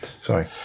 Sorry